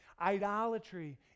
idolatry